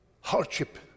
hardship